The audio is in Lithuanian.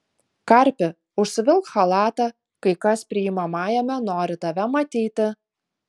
karpi užsivilk chalatą kai kas priimamajame nori tave matyti